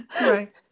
Right